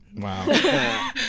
Wow